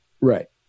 Right